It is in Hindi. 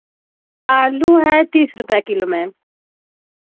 आलू हैं तीस रुपये किलो मैम